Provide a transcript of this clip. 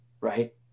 right